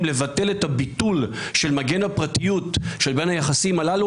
לבטל את הביטול של מגן הפרטיות של בן היחסים הללו,